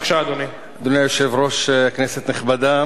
ברשות יושב-ראש הישיבה, הנני מתכבד להודיע,